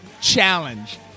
challenge